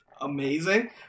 amazing